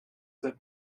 that